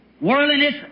Worldliness